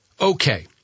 Okay